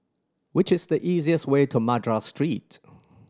which is the easiest way to Madras Street